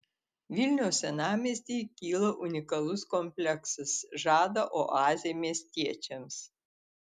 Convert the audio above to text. vilniaus senamiestyje kyla unikalus kompleksas žada oazę miestiečiams